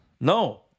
No